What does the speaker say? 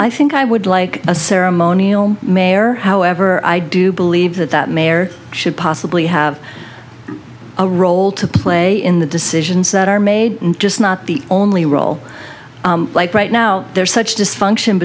i think i would like a ceremonial mayor however i do believe that that mayor should possibly have a role to play in the decisions that are made and just not the only role like right now there's such dysfunction